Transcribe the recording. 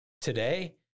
Today